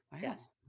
Yes